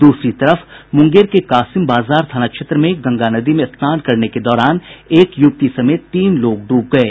दूसरी तरफ मुंगेर के कासिम बाजार थाना क्षेत्र में गंगा नदी में स्नान के दौरान एक युवती समेत तीन लोग डूब गये